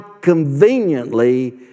conveniently